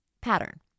pattern